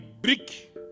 brick